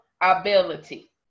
ability